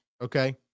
okay